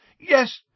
Yes